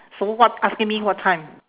so what asking me what time